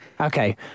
Okay